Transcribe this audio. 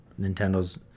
nintendo's